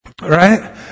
right